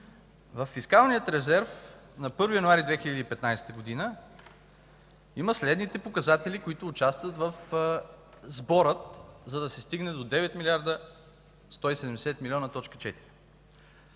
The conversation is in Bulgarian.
Във фискалния резерв на 1 януари 2015 г. има следните показатели, които участват в сбора, за да се стигне до 9 млрд. 170,4 милиона.